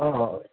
অঁ